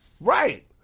Right